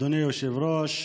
אדוני היושב-ראש,